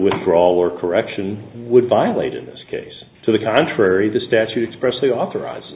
withdrawal or correction would violate in this case to the contrary the statutes pressley authorize